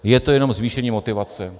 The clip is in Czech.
Je to jenom zvýšení motivace.